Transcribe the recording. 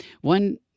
One